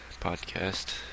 podcast